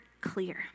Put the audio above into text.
clear